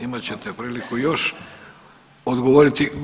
Imat ćete priliku još odgovoriti.